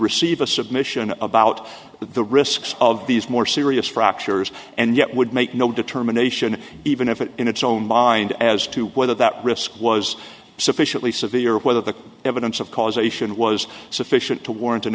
receive a submission about the risks of these more serious fractures and yet would make no determination even if it in its own mind as to whether that risk was sufficiently severe or whether the evidence of causation was sufficient to warrant an